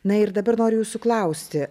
na ir dabar noriu jūsų klausti